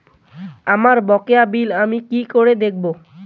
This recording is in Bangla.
আমার বকেয়া বিল আমি কি করে দেখব?